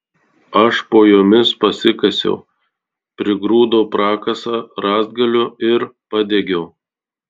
aš po jomis pasikasiau prigrūdau prakasą rąstgalių ir padegiau